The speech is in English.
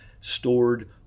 stored